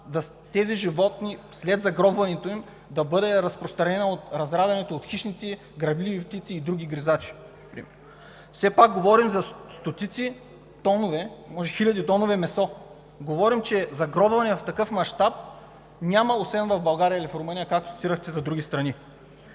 разпространена след загробването на тези животни от разравянето от хищници, грабливи птици и други гризачи? Все пак говорим за стотици, хиляди тонове месо. Говорим, че загробване в такъв мащаб няма, освен в България или в Румъния, както цитирахте за други страни.